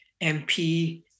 MP